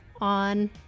on